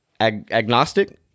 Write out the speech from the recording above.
agnostic